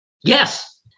Yes